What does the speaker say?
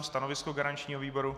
Stanovisko garančního výboru?